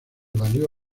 valió